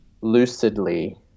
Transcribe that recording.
lucidly